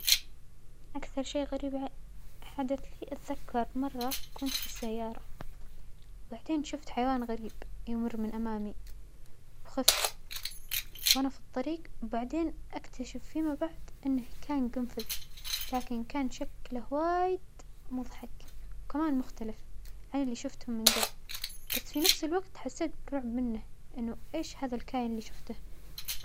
أكثر شيء غريب ع-حدث لى أتذكر مرة كنت في السيارة بعدين شوفت حيوان غريب يمر من أمامى، خفت وأنا في الطريج بعدين أكتشف فيما بعد أنه كان خنفس لكن كان شكله وايد مضحك وكمان مختلف عن اللى شوفتهم من جبل، بس في نفس الوجت حسيت برعب منه أنه أيش هذا الكائن اللى شوفته.